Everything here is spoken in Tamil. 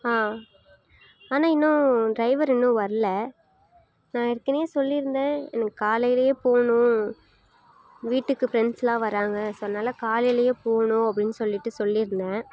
ஆ ஆனால் இன்னும் ட்ரைவர் இன்னும் வரலை நான் ஏற்கனவே சொல்லியிருந்தேன் எனக்கு காலையிலையே போகணும் வீட்டுக்கு ஃபரெண்ட்ஸ்லாம் வராங்க ஸோ அதனால காலையிலையே போகணும் அப்படினு சொல்லிட்டு சொல்லியிருந்தேன்